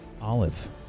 Olive